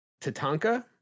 Tatanka